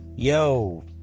Yo